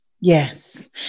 Yes